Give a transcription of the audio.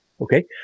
okay